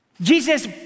Jesus